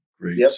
Great